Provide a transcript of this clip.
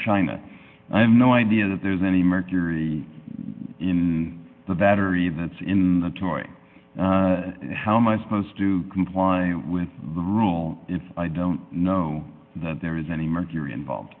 china i've no idea that there's any mercury in the battery that's in the touring how am i supposed to comply with the rule if i don't know that there is any mercury involved